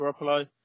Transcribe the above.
Garoppolo